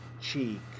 cheek